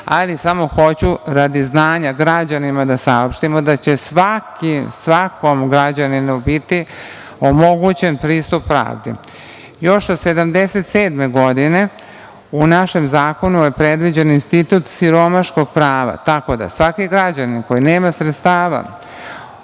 ali samo hoću radi znanja građana da saopštimo da će svakom građaninu biti omogućen pristup pravdi. Još od 1977. godine, u našem zakonu je predviđen institut siromaškog prava, tako da svaki građanin koji nema sredstava